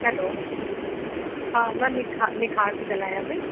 hello हा मां निखार निखार थी ॻाल्हायां पई